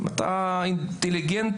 אני אינטליגנט,